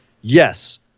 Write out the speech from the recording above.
Yes